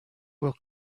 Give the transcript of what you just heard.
will